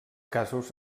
casos